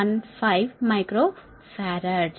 0115 micro farad